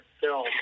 film